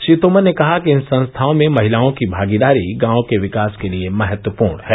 श्री तोमर ने कहा कि इन संस्थाओं में महिलाओं की भागीदारी गांव के विकास के लिए महत्वपूर्ण है